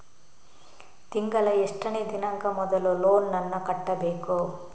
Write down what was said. ತಿಂಗಳ ಎಷ್ಟನೇ ದಿನಾಂಕ ಮೊದಲು ಲೋನ್ ನನ್ನ ಕಟ್ಟಬೇಕು?